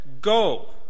go